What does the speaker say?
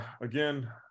again